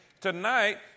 tonight